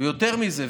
יותר מזה,